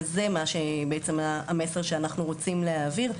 וזה המסר שאנחנו רוצים להעביר.